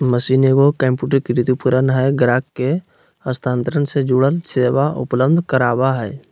machine एगो कंप्यूटरीकृत उपकरण हइ ग्राहक के हस्तांतरण से जुड़ल सेवा उपलब्ध कराबा हइ